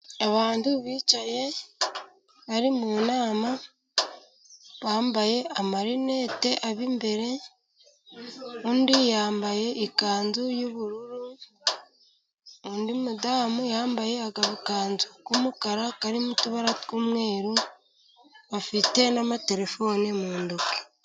Abantu bicaye bari mu nama bambaye amarinete ab'imbere, undi yambaye ikanzu y'ubururu, undi mudamu yambaye agakanzu k'umukara karimo utubara tw'umweru, bafite n'amatelefoni mu ntoki.